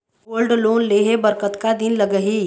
Gold loan लेहे बर कतका दिन लगही?